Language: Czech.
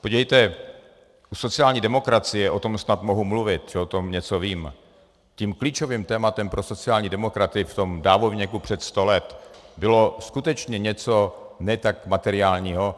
Podívejte, u sociální demokracie, o tom snad mohu mluvit, protože o tom něco vím, tím klíčovým tématem pro sociální demokraty v tom dávnověku před sto lety bylo skutečně něco ne tak materiálního.